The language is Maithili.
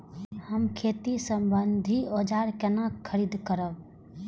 हम खेती सम्बन्धी औजार केना खरीद करब?